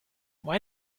why